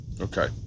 Okay